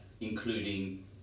including